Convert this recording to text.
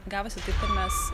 gavosi taip kad mes